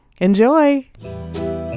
enjoy